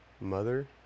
mother